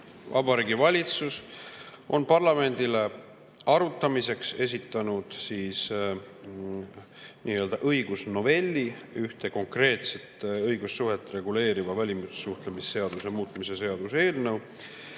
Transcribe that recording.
Vabariigi Valitsus on parlamendile arutamiseks esitanud nii-öelda õigusnovelli: ühte konkreetset õigussuhet reguleeriva välissuhtlemisseaduse muutmise seaduse eelnõu,